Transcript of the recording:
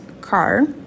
car